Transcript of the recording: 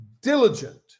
diligent